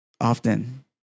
often